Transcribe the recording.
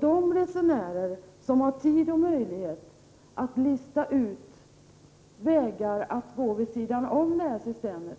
De resenärer som har tid och möjlighet att lista ut vägar att gå vid sidan om systemet